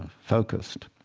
focused.